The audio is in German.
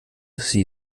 sie